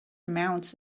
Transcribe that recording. amounts